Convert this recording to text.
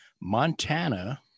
montana